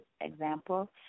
example